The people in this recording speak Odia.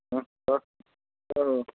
ହଁ ସାର୍ କୁହନ୍ତୁ